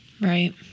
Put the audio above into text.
Right